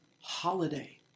holiday